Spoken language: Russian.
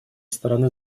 стороны